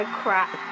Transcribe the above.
crap